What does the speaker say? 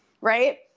right